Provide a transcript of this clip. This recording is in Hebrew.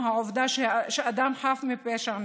מהעובדה שאדם חף מפשע נרצח,